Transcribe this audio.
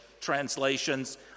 translations